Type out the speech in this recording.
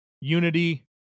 unity